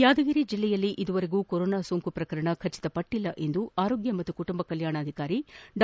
ಯಾದಗಿರಿ ಜಿಲ್ಲೆಯಲ್ಲಿ ಇದುವರೆಗೂ ಕೊರೋನಾ ಸೋಂಕು ಪ್ರಕರಣ ದೃಢಪಟ್ಟಲ್ಲ ಎಂದು ಆರೋಗ್ಯ ಮತ್ತು ಕುಟುಂಬ ಕಲ್ಕಾಣ ಅಧಿಕಾರಿ ಡಾ